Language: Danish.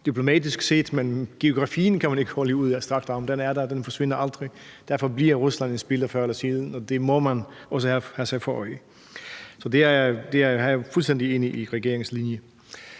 diplomatisk set, men geografien kan man ikke holde ud i strakt arm; den er der, og den forsvinder aldrig. Derfor bliver Rusland en spiller før eller siden, og det må man også her holde sig for øje. Så her er jeg fuldstændig enig i regeringens linje.